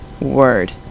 Word